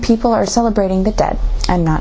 people are celebrating the dead and not